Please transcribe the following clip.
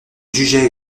jugeait